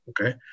okay